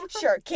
Sure